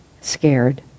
scared